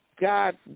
God